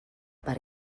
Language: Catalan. per